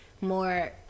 more